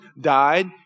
died